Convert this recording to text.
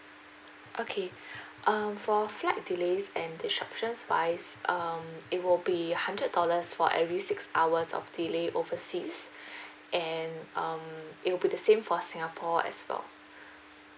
okay um for flight delays and disruptions wise um it will be hundred dollars for every six hours of delay overseas and um it will be the same for singapore as well